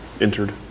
entered